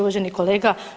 Uvaženi kolega.